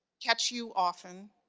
catch you often,